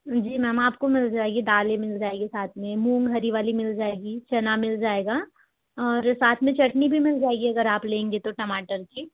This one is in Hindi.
जी मैम आपको मिल जाएगी दालें मिल जाएगी साथ में मूंग हरी वाली मिल जाएगी चना मिल जाएगा और साथ में चटनी भी मिल जाएगी अगर आप लेंगे तो टमाटर की